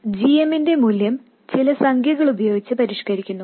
g m ന്റെ മൂല്യം ചില സംഖ്യകളുപയോഗിച്ച് പരിഷ്ക്കരിക്കുന്നു